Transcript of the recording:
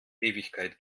ewigkeit